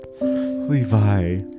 Levi